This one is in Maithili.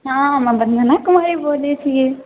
हमे वन्दना कुमारी बोलए छिऐ